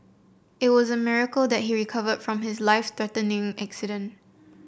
it was a miracle that he recovered from his life threatening accident